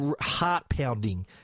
heart-pounding